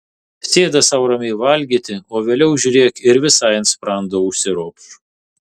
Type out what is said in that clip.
sėda sau ramiai valgyti o vėliau žiūrėk ir visai ant sprando užsiropš